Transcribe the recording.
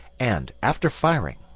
and after firing,